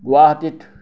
গুৱাহাটীত